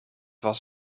was